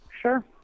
Sure